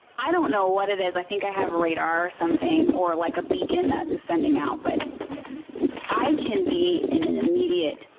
i don't know what it is. i think i have radar or something, or like a beacon that is sending out. but i can be in an immediate,